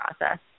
process